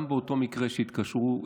גם באותו מקרה שהתקשרו,